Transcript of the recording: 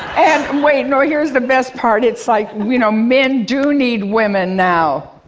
and um wait, no, here's the best part. it's like, you know, men do need women now.